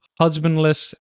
husbandless